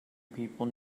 people